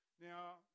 Now